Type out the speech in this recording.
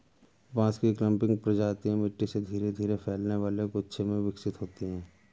बांस की क्लंपिंग प्रजातियां मिट्टी से धीरे धीरे फैलने वाले गुच्छे में विकसित होती हैं